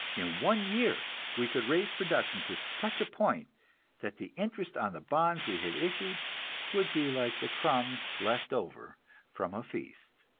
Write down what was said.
in one year we could raise production to such a point that the interest on the bonds we had issued would be like the crumbs left over from a feast.